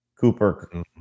Cooper